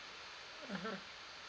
mmhmm